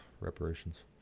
reparations